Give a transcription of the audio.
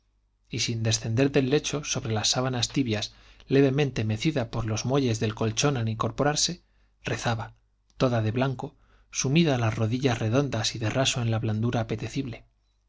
y sin descender del lecho sobre las sábanas tibias levemente mecida por los muelles del colchón al incorporarse rezaba toda de blanco sumidas las rodillas redondas y de raso en la blandura apetecible